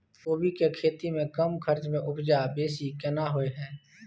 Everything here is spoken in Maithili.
कोबी के खेती में कम खर्च में उपजा बेसी केना होय है?